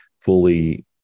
fully